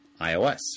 iOS